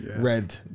red